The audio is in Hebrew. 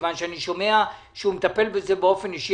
מכיוון שאני שומע שהוא מטפל בזה באופן אישי.